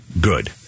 good